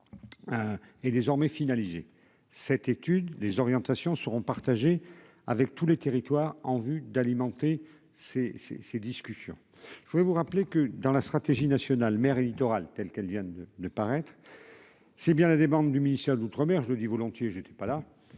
est désormais finaliser cette étude, les orientations seront partagés avec tous les territoires, en vue d'alimenter ces ces ces discussions, je voudrais vous rappeler que dans la stratégie nationale mer et littoral telle qu'elle vient de de paraître, c'est bien là déborde du ministère de l'Outre-mer, je le dis volontiers, je n'étais pas là